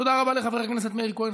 תודה רבה לחבר הכנסת מאיר כהן.